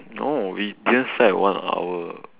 no we just start at one hour